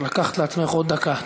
לקחת לעצמך עוד דקה.